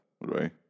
right